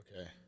okay